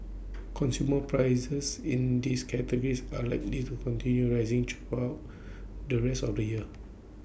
consumer prices in these categories are likely to continue rising throughout the rest of the year